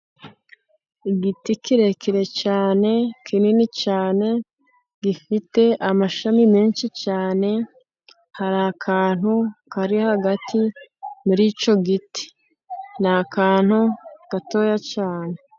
Igiti kirekire cyane kinini cyane, gifite amashami menshi cyane. Hari akantu kari hagati muri icyo giti, ni akantu gatoya cyane.